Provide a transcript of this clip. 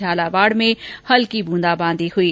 झालावाड़ में हल्की ब्रंदाबांदी हुई